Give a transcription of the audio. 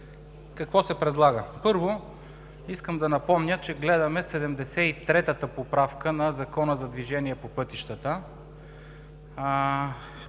в този параграф? Първо, искам да напомня, че гледаме 73-тата поправка на Закона за движение по пътищата.